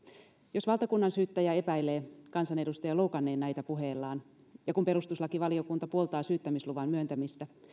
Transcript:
jos valtakunnansyyttäjä epäilee kansanedustajan loukanneen näitä puheellaan ja kun perustuslakivaliokunta puoltaa syyttämisluvan myöntämistä